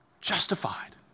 Justified